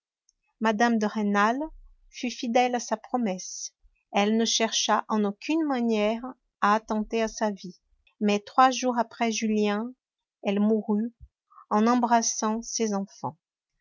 mme de rênal fut fidèle à sa promesse elle ne chercha en aucune manière à attenter à sa vie mais trois jours après julien elle mourut en embrassant ses enfants